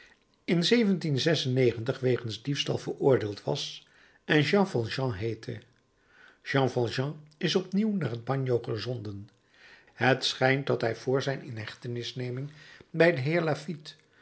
in wegens diefstal veroordeeld was en jean valjean heette jean valjean is opnieuw naar het bagno gezonden het schijnt dat hij vr zijn inhechtenisneming bij den